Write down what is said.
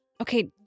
Okay